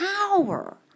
power